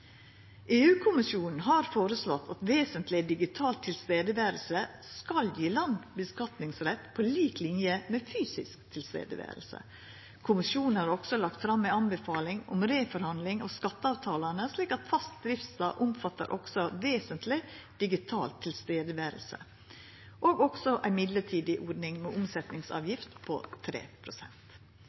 har føreslått at vesentleg digitalt nærvær skal gje land rett til å skattleggja på lik linje med fysisk nærvær. Kommisjonen har også lagt fram ei anbefaling om reforhandling av skatteavtalane slik at fast driftsstad også omfattar vesentleg digitalt nærvær, og også ei mellombels ordning med ei omsetningsavgift på